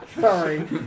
Sorry